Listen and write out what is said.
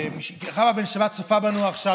חוה בן שבת צופה בנו עכשיו,